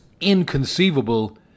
inconceivable